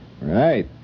Right